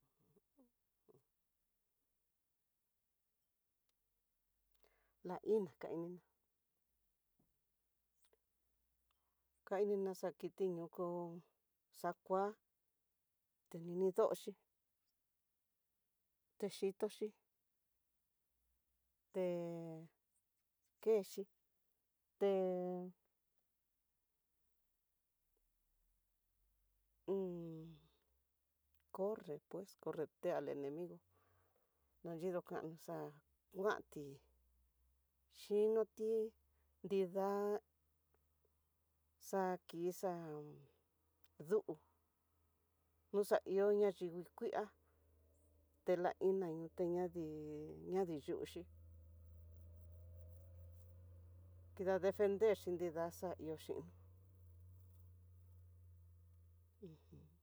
La iná kainina, kainina xa iki ñoko, xa kua tenini dodxhi, te xhitoxi te kexhi ke hun corre pues corre te al enemigo, nayido kano xakuanti xhinoti nida xaki xa'á ndú, noxaió nayivii kuia tela iná ñoo teñadi ñaniyuxhi, kida defender nida xahio xhinó uj.